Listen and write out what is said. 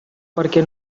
perquè